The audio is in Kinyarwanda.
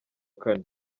kane